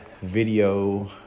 video